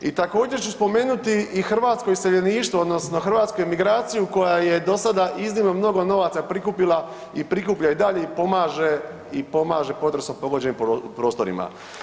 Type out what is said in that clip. I također ću spomenuti i hrvatsko iseljeništvo odnosno hrvatsku emigraciju koja je do sada iznimno mnogo novaca prikupila i prikuplja i dalje i pomaže i pomaže potresom pogođene prostore.